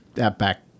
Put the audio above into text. outback